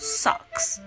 socks